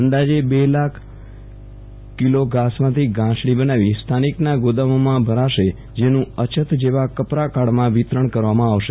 અંદાજે બે લાખ કિલો ઘાસમાંથી ગાંસડી બનાવી સ્થાનિકના ગોદામોમાં ભરાશે જેનું અછત જેવા કપરા કાળમાં વિતરણ કરવામાં આવશે